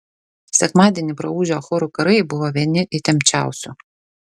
sekmadienį praūžę chorų karai buvo vieni įtempčiausių